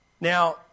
Now